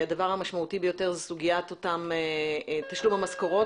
הדבר המשמעותי ביותר זה סוגית תשלום המשכורות,